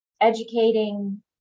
educating